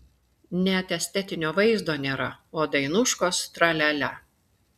net estetinio vaizdo nėra o dainuškos tra lia lia